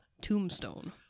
Tombstone